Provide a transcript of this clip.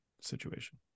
situation